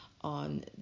on